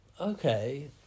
okay